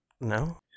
No